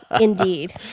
indeed